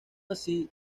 así